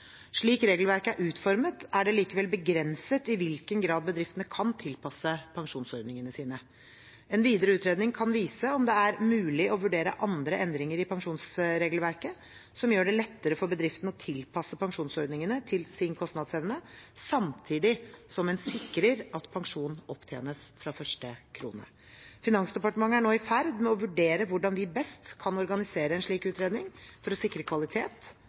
Slik regelverket er utformet, er det likevel begrenset i hvilken grad bedriftene kan tilpasse pensjonsordningene sine. En videre utredning kan vise om det er mulig å vurdere andre endringer i pensjonsregelverket som gjør det lettere for bedriftene å tilpasse pensjonsordningene til sin kostnadsevne, samtidig som en sikrer at pensjon opptjenes fra første krone. Finansdepartementet er nå i ferd med å vurdere hvordan vi best kan organisere en slik utredning for å sikre kvalitet,